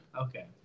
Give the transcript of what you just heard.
Okay